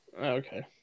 Okay